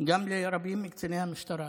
גם לרבים מקציני המשטרה,